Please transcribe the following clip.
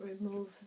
remove